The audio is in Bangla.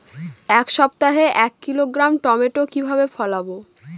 এক সপ্তাহে এক কিলোগ্রাম টমেটো কিভাবে ফলাবো?